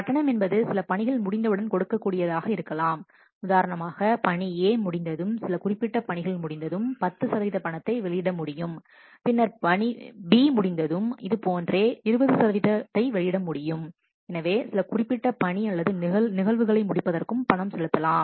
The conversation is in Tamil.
கட்டணம் என்பது சில பணிகள் முடிந்தவுடன் கொடுக்கக் கூடியதாக இருக்கலாம் உதாரணமாக பணி A முடிந்ததும் சில குறிப்பிட்ட பணிகள் முடிந்ததும் 10 சதவீத பணத்தை வெளியிட முடியும் பின்னர் பணி B முடிந்ததும் இது போன்ற 20 சதவிகிதத்தை வெளியிட முடியும் எனவே சில குறிப்பிட்ட பணி அல்லது நிகழ்வுகளை முடிப்பதற்கும் பணம் செலுத்தப்படலாம்